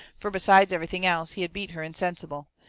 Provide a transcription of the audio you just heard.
fur besides everything else, he had beat her insensible.